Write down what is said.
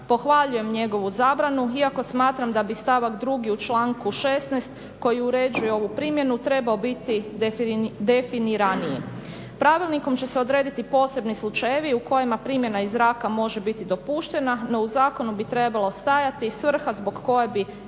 Pohvaljujem njegovu zabranu iako smatram da bi stavak 2. u članku 16. koji uređuje ovu primjenu, trebao biti definiraniji. Pravilnikom će se odrediti posebni slučajevi u kojima primjena iz zraka može biti dopuštena, no u zakonu bi trebala stajati svrha zbog koje bi